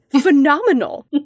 phenomenal